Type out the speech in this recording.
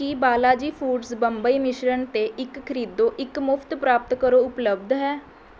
ਕੀ Balaji Foods Bombay ਮਿਸ਼ਰਣ 'ਤੇ ਇੱਕ ਖਰੀਦੋ ਇੱਕ ਮੁਫਤ ਪ੍ਰਾਪਤ ਕਰੋ ਉਪਲਬਧ ਹੈ